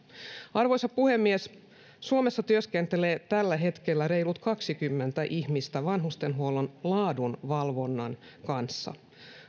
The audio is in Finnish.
arvoisa puhemies suomessa työskentelee tällä hetkellä reilut kaksikymmentä ihmistä vanhustenhuollon laadun valvonnan kanssa